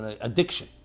addiction